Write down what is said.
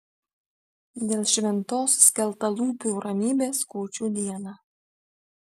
dėl šventos skeltalūpių ramybės kūčių dieną